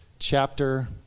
Chapter